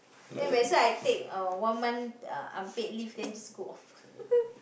then when I say I take uh one month uh unpaid leave then just go off